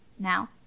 now